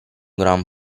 gran